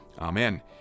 Amen